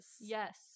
Yes